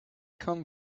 come